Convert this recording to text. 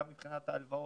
גם מבחינת ההלוואות,